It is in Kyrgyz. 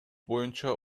боюнча